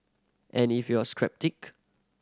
and if you're a strap